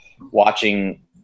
watching